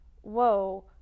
whoa